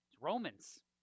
romans